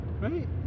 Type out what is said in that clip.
Right